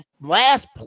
last